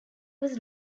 was